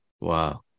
Wow